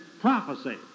prophecy